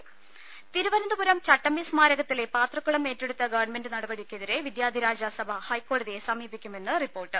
ദേശ തിരുവനന്തപുരം ചട്ടമ്പി സ്മാരകത്തിലെ പാത്രക്കുളം ഏറ്റെടുത്ത ഗവൺമെന്റ് നടപടിക്കെതിരെ വിദ്യാദിരാജ സഭ ഹൈക്കോടതിയെ സമീപിക്കുമെന്ന് റിപ്പോർട്ട്